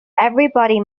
everybody